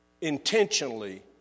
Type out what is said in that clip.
Intentionally